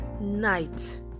night